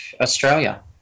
Australia